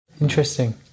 Interesting